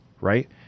right